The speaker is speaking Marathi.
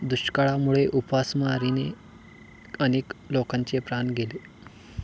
दुष्काळामुळे उपासमारीने अनेक लोकांचे प्राण गेले